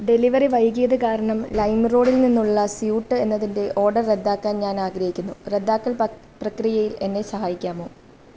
delivery വൈകിയത് കാരണം ലൈംറോഡിൽ നിന്നുള്ള സ്യൂട്ട് എന്നതിൻ്റെ ഓർഡർ റദ്ദാക്കാൻ ഞാൻ ആഗ്രഹിക്കുന്നു റദ്ദാക്കൽ പക് പ്രക്രിയയിൽ എന്നെ സഹായിക്കാമോ